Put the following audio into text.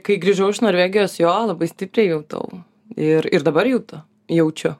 kai grįžau iš norvegijos jo labai stipriai jautau ir ir dabar jutu jaučiu